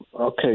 Okay